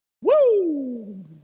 Woo